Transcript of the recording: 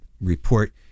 report